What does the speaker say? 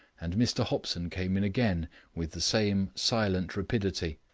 and mr hopson came in again with the same silent rapidity,